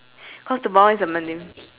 cause tomorrow is a monday